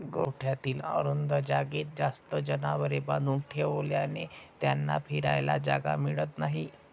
गोठ्यातील अरुंद जागेत जास्त जनावरे बांधून ठेवल्याने त्यांना फिरायला जागा मिळत नाही